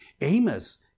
Amos